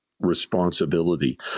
responsibility